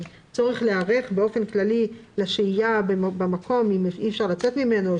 הצורך להיערך באופן כללי לשהייה במקום אם אי אפשר לצאת ממנו,